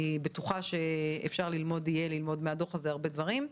אני בטוחה שאפשר יהיה ללמוד מהדוח הזה הרבה דברים.